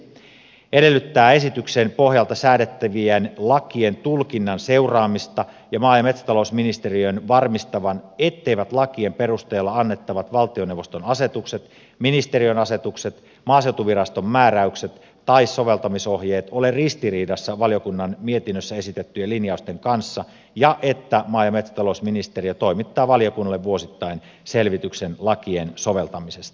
eduskunta edellyttää esityksen pohjalta säädettävien lakien tulkinnan seuraamista ja maa ja metsätalousministeriön varmistavan etteivät lakien perusteella annettavat valtioneuvoston asetukset ministeriön asetukset maaseutuviraston määräykset tai soveltamisohjeet ole ristiriidassa valiokunnan mietinnössä esitettyjen linjausten kanssa ja että maa ja metsätalousministeriö toimittaa valiokunnalle vuosittain selvityksen lakien soveltamisesta